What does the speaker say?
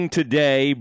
today